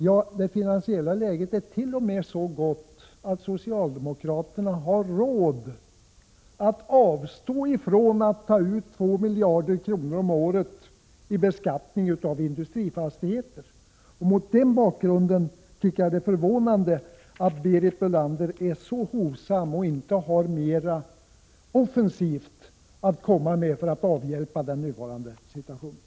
Ja, det finansiella läget är t.o.m. så gott att socialdemokraterna har råd att avstå från att ta ut 2 miljarder om året i beskattning av industrifastigheter. Mot den bakgrunden tycker jag det är förvånande att Berit Bölander är så hovsam och inte har något mer offensivt att komma med för att avhjälpa den nuvarande situationen.